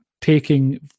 taking